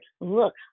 look